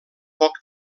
poc